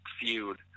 feud